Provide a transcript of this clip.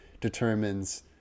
determines